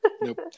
Nope